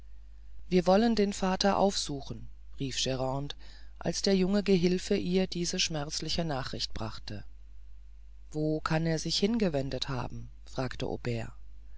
wir wollen den vater aufsuchen rief grande als der junge gehilfe ihr diese schmerzliche nachricht brachte wo kann er sich hingewendet haben fragte